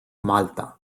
malta